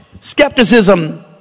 Skepticism